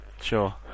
Sure